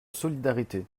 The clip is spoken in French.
solidarité